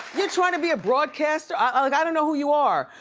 you're trying to be a broadcaster, ah like i don't know who you are,